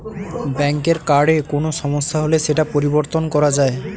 ব্যাঙ্কের কার্ডে কোনো সমস্যা হলে সেটা পরিবর্তন করা যায়